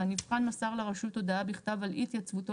והנבחן מסר לרשות הודעה בכתב על אי התייצבותו